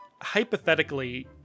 hypothetically